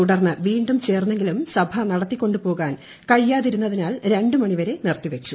തുടർന്ന് വീണ്ടും ചേർന്നെങ്കിലും സഭ നടത്തിക്കൊണ്ടു പോകാൻ കഴിയാതിരുന്നതിനാൽ രണ്ട് മണിവരെ നിറുത്തി വച്ചു